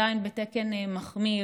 עדיין עובדות בתקן מחמיר,